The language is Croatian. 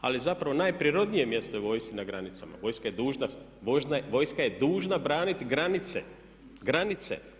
Ali zapravo najprirodnije mjesto je vojsci na granicama, vojska je dužna braniti granice, granice.